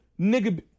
Nigga